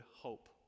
hope